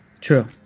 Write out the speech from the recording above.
true